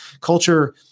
culture